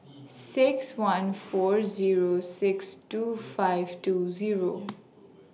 six one four Zero six two five two Zero